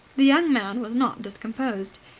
the young man was not discomposed.